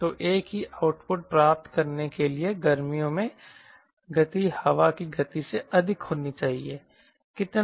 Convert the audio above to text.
तो एक ही आउटपुट प्राप्त करने के लिए गर्मियों में गति हवा की गति से अधिक होनी चाहिए कितना